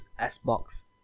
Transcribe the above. Xbox